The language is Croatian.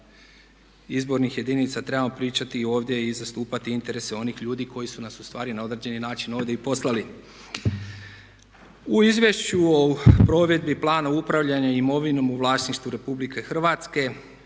izbornih jedinica trebamo pričati ovdje i zastupati interese onih ljudi koji su nas ustvari na određeni način ovdje i poslali. U izvješću o provedbi plana upravljanja imovinom u vlasništvu RH stoji "Država se